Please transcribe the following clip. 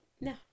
No